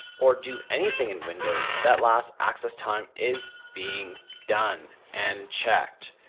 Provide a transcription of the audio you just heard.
or do anything in windows, that last access time is being done and checked,